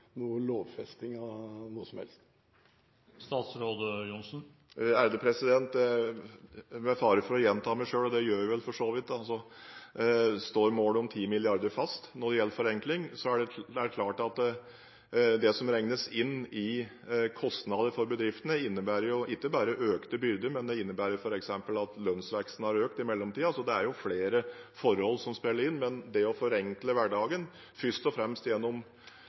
så vidt – står målet om 10 mrd. kr fast. Når det gjelder forenkling, er det klart at det som regnes inn i kostnader for bedriftene, ikke bare innebærer økte byrder. Det innebærer f.eks. at lønnsveksten har økt i mellomtiden. Så det er flere forhold som spiller inn. Men det å forenkle hverdagen, først og fremst gjennom